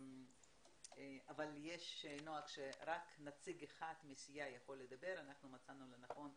אבל יש נוהג שרק נציג אחד מסיעה יכול לדבר ואנחנו מצאנו לנכון,